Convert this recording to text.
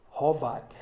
hovak